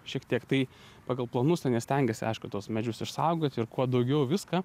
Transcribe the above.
šiek tiek tai pagal planus ten jie stengiasi aišku tuos medžius išsaugoti ir kuo daugiau viską